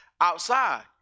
outside